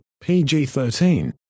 PG-13